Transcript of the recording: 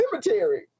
cemetery